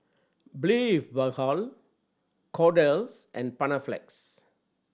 Blephagel Kordel's and Panaflex